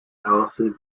alison